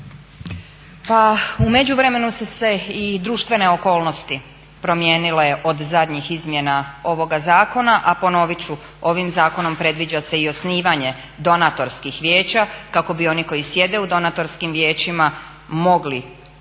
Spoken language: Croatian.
Pa u međuvremenu su se i društvene okolnosti promijenile od zadnji izmjena ovoga zakona, a ponovit ću ovim zakonom predviđa se i osnivanje donatorskih vijeća kako bi oni koji sjede u donatorskim vijećima mogli ući